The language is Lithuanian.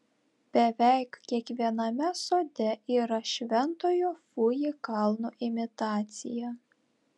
beveik kiekviename sode yra šventojo fuji kalno imitacija